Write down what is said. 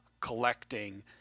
Collecting